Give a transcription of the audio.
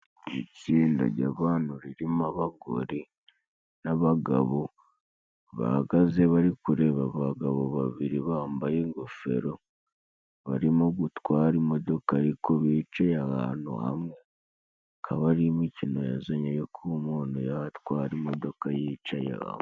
Itsinda ry'abantu ririmo abagore n'abagabo bahagaze bari kureba abagabo babiri bambaye ingofero , barimo gutwara imodoka ariko bicaye ahantu hamwe , akaba ari imikino yazanye yo kuba umuntu yatwara imodoka yicaye hamwe.